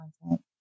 content